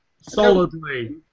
solidly